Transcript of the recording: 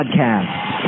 Podcast